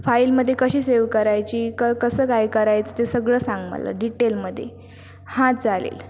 फाइलमध्ये कशी सेव्ह करायची कसं काय करायचं ते सगळं सांग मला डिटेलमध्ये हां चालेल